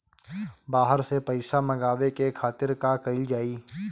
बाहर से पइसा मंगावे के खातिर का कइल जाइ?